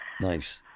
Nice